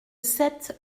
sept